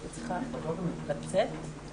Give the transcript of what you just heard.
בדיעבד אני רוצה גם להודות על הפרגון כאן,